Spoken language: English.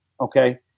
okay